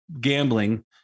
gambling